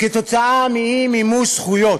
עקב אי-מימוש זכויות,